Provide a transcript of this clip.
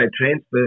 transfer